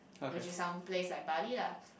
which is some place like bali lah